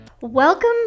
Welcome